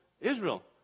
Israel